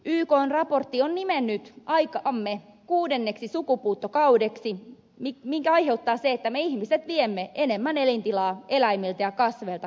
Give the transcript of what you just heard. ykn raportti on nimennyt aikamme kuudenneksi sukupuuttokaudeksi minkä aiheuttaa se että me ihmiset viemme enemmän elintilaa eläimiltä ja kasveilta koko ajan